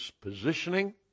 positioning